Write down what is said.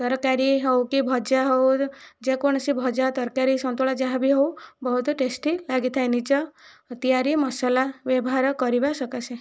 ତରକାରୀ ହେଉ କି ଭଜା ହେଉ ଯେକୌଣସି ଭଜା ତରକାରୀ ସନ୍ତୁଳା ଯାହା ବି ହେଉ ବହୁତ ଟେଷ୍ଟି ଲାଗିଥାଏ ନିଜ ତିଆରି ମସଲା ବ୍ୟବହାର କରିବା ସକାଶେ